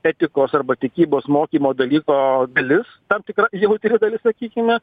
etikos arba tikybos mokymo dalyko dalis tam tikra jautri dalis sakykime